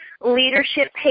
leadership